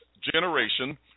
generation